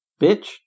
bitch